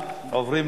כפי שציינתי,